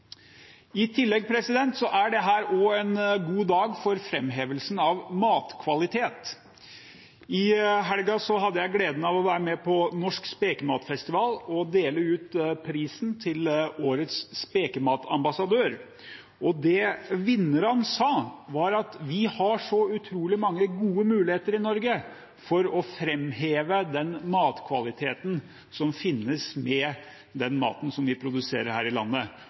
er dette en god dag for framhevelsen av matkvalitet. I helga hadde jeg gleden av å være med på Norsk Spekematfestival og dele ut prisen til årets spekematambassadør. Og det vinnerne sa, var at vi har så utrolig mange gode muligheter i Norge for å framheve den matkvaliteten som finnes på den maten vi produserer her i landet,